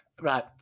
right